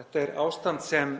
Þetta er ástand sem